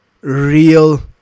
real